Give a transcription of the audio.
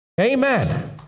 Amen